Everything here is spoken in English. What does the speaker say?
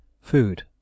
Food